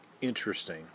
interesting